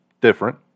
different